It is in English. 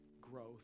growth